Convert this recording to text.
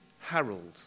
Harold